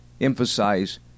emphasize